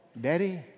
daddy